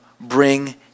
bring